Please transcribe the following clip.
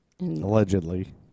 Allegedly